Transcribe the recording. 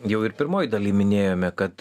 jau ir pirmoj daly minėjome kad